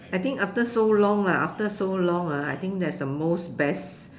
I think after so long lah after so long ah I think that's the most best